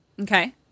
Okay